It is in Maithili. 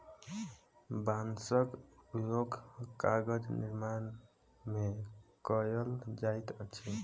बांसक उपयोग कागज निर्माण में कयल जाइत अछि